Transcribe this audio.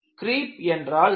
creep என்றால் என்ன